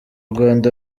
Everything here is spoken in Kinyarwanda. rwanda